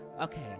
Okay